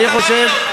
כמעט הרגת אותי.